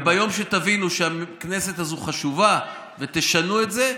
ביום שתבינו שהכנסת הזאת חשובה ותשנו את זה,